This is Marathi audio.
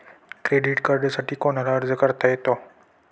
क्रेडिट कार्डसाठी कोणाला अर्ज करता येतो?